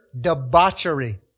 debauchery